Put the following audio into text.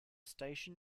station